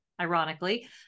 ironically